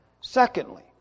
Secondly